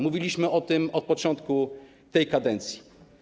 Mówiliśmy o tym od początku tej kadencji.